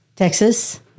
Texas